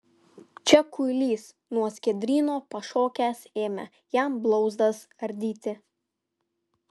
čia kuilys nuo skiedryno pašokęs ėmė jam blauzdas ardyti